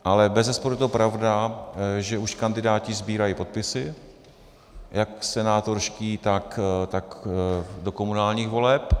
Ale bezesporu je pravda, že už kandidáti sbírají podpisy, jak senátorští, tak do komunálních voleb.